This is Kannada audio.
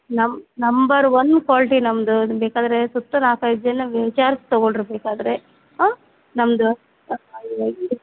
ನಮ್ಮ ನಂಬರ್ ಒನ್ ಕ್ವಾಲ್ಟಿ ನಮ್ದು ಬೇಕಾದರೆ ಸುತ್ತ ನಾಲ್ಕೈದು ಜನ ವಿಚಾರ್ಸಿ ತಗೋಳ್ಳಿ ರೀ ಬೇಕಾದರೆ ಹಾಂ ನಮ್ದು